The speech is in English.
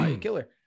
killer